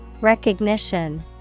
Recognition